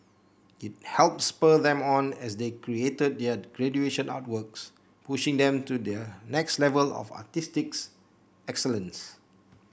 it helped spur them on as they created their graduation artworks pushing them to the next level of artistic's excellence